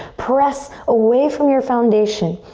press away from your foundation.